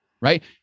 right